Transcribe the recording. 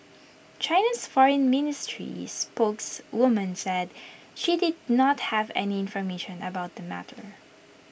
China's Foreign Ministry spokeswoman said she did not have any information about the matter